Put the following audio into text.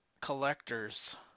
collectors